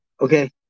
okay